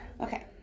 Okay